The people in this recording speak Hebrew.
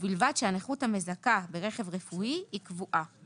ובלבד שהנכות המזכה ברכב רפואי היא קבועה: